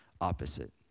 opposite